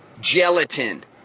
gelatin